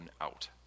out